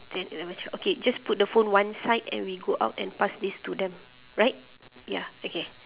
ten eleven twelve okay just put the phone one side and we go out and pass this to them right ya okay